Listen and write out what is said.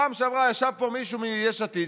בפעם שעברה ישב פה מישהו מיש עתיד,